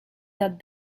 that